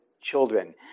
children